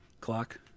Clock